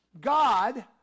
God